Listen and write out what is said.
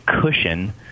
cushion